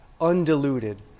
undiluted